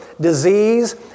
disease